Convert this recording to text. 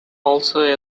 also